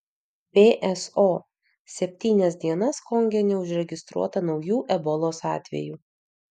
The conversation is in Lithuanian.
pso septynias dienas konge neužregistruota naujų ebolos atvejų